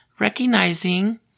recognizing